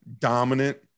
dominant